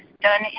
done